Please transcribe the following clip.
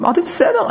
אמרתי: בסדר,